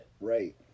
Right